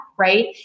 right